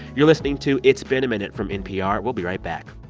you're listening to it's been a minute from npr. we'll be right back